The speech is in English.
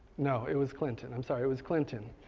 no, it was clinton. i'm sorry it was clinton.